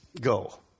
go